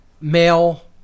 male